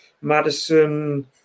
Madison